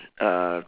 uh